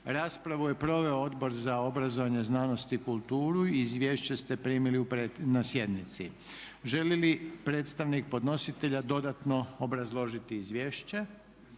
Raspravu je proveo Odbor za obrazovanje, znanost i kulturu. Izvješće ste primili na sjednici. Želi li predstavnik podnositelja dodatno obrazložiti izvješće?